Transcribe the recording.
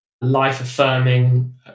life-affirming